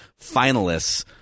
finalists